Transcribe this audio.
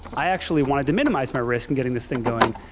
i actually wanted to minimize my risk in getting this thing going.